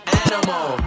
animal